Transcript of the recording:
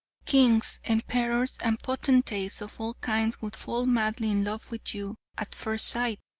kings, emperors and potentates of all kinds would fall madly in love with you at first sight,